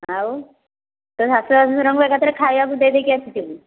ଆଉ ତୋ ଶାଶୁଶଶୁରଙ୍କୁ ଏକାଥରେ ଖାଇବାକୁ ଦେଇଦେଇକି ଆସିଥିବୁ